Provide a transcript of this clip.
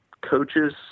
coaches